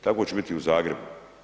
Tako će biti i u Zagrebu.